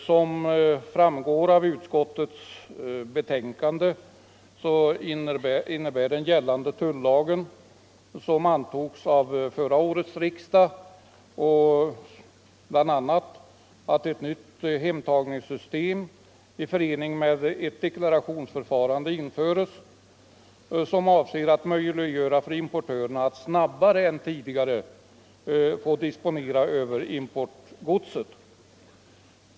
Som framgår av utskottets betänkande innebär gällande tullag, som antogs av förra årets riksdag, bl.a. att ett nytt hemtagningssystem i förening med ett deklarationsförfarande införts, avsett att möjliggöra för importörerna att snabbare än tidigare få disponera över importgodset.